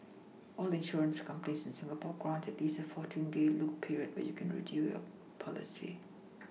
all insurance companies in Singapore grant at least a fourteen day look period where you can your policy